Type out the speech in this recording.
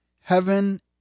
heaven